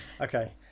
Okay